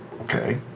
okay